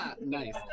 nice